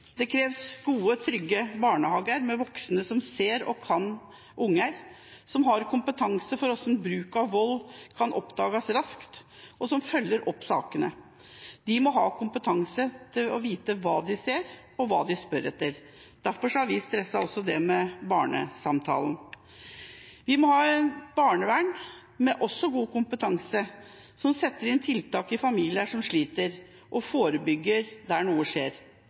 Det kreves gode, trygge barnehager med voksne som ser og kan barn, som har kompetanse for hvordan bruk av vold kan oppdages raskt, og som følger opp sakene. De må ha kompetanse til å vite hva de ser, og hva de spør etter. Derfor har vi lagt vekt på også det med barnesamtalen. Vi må ha et barnevern som også har god kompetanse, som setter inn tiltak i familier som sliter, og forebygger der noe skjer.